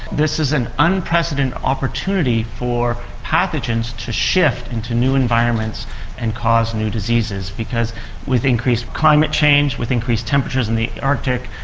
this is an unprecedented opportunity for pathogens pathogens to shift into new environments and cause new diseases, because with increased climate change, with increased temperatures in the arctic,